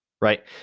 right